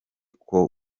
kumwe